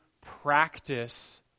practice